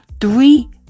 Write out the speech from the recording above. three